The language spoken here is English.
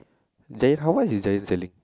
Giant how much is Giant selling